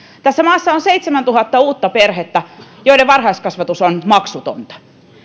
tässä maassa on seitsemäntuhatta uutta perhettä joiden varhaiskasvatus on maksutonta